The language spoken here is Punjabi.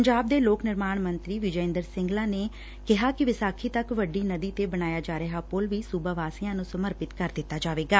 ਪੰਜਾਬ ਦੇ ਲੋਕ ਨਿਰਮਾਣ ਮੰਤਰੀ ਵਿਜੈ ਇੰਦਰ ਸਿੰਗਲਾ ਨੇ ਕਿਹਾ ਕਿ ਵਿਸਾਖੀ ਤੱਕ ਵੱਡੀ ਨਦੀ ਤੇ ਬਣਾਇਆ ਜਾ ਰਿਹਾ ਪੁਲ ਵੀ ਸੂਬਾ ਵਾਸੀਆਂ ਨੂੰ ਸਮਰਪਿਤ ਕਰ ਦਿੱਤਾ ਜਾਵੇਗਾ